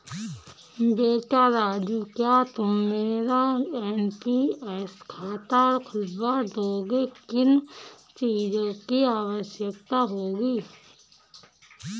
बेटा राजू क्या तुम मेरा एन.पी.एस खाता खुलवा दोगे, किन चीजों की आवश्यकता होगी?